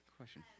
question